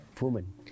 woman